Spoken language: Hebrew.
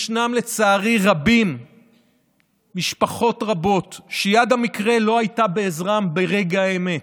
ישנן לצערי משפחות רבות שיד המקרה לא הייתה בעזרן ברגע האמת.